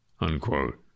unquote